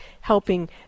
helping